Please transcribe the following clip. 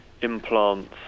implants